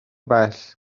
bell